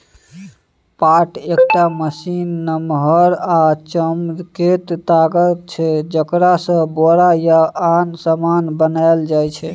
पाट एकटा महीन, नमहर आ चमकैत ताग छै जकरासँ बोरा या आन समान बनाएल जाइ छै